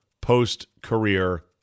post-career